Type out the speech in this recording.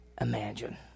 imagine